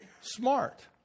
smart